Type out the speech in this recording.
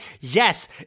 yes